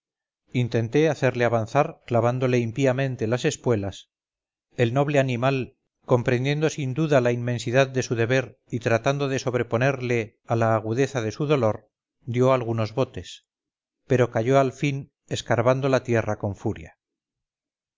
intenté hacerle avanzar clavándole impíamente las espuelas el noble animal comprendiendo sin duda la inmensidad de su deber y tratando de sobreponerle a la agudeza de su dolor dio algunos botes pero cayó al fin escarbando la tierra con furia